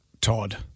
Todd